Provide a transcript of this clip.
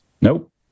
Nope